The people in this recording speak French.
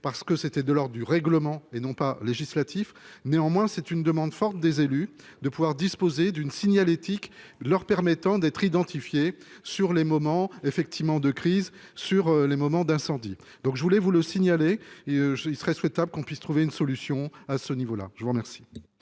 parce que c'était de l'or du règlement et non pas législatif néanmoins c'est une demande forte des élus de pouvoir disposer d'une signalétique leur permettant d'être identifié sur les moments effectivement de crise sur les moments d'incendie. Donc je voulais vous le signaler et il serait souhaitable qu'on puisse trouver une solution à ce niveau-là, je vous remercie.